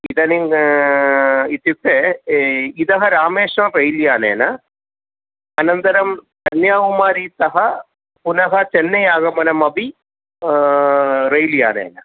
इदानीम् इत्युक्ते इतः रामेश्वरं रेल्यानेन अनन्तरं कन्याकुमारीतः पुनः चन्नै आगमनम् अपि रेल्यानेन